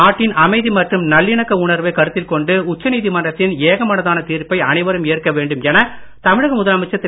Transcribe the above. நாட்டின் அமைதி மற்றும் நல்லிணக்க உணர்வை கருத்தில் கொண்டு உச்சநீதிமன்றத்தின் ஏகமனதான தீர்ப்பை அனைவரும் ஏற்க வேண்டும் என தமிழக முதலமைச்சர் திரு